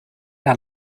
out